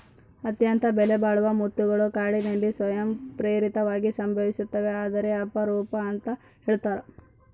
ಅತ್ಯಂತ ಬೆಲೆಬಾಳುವ ಮುತ್ತುಗಳು ಕಾಡಿನಲ್ಲಿ ಸ್ವಯಂ ಪ್ರೇರಿತವಾಗಿ ಸಂಭವಿಸ್ತವೆ ಆದರೆ ಅಪರೂಪ ಅಂತ ಹೇಳ್ತರ